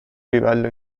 livello